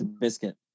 biscuit